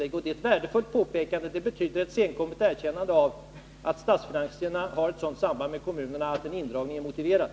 Det är ett värdefullt påpekande — det betyder ett senkommet erkännande av att statsfinanserna har ett sådant samband med kommunerna att en indragning är motiverad.